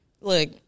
Look